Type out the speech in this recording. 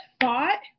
thought